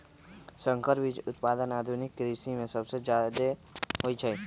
संकर बीज उत्पादन आधुनिक कृषि में सबसे जादे होई छई